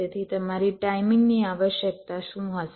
તેથી તમારી ટાઈમિંગની આવશ્યકતા શું હશે